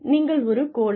நீங்கள் ஒரு கோழை